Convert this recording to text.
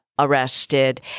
arrested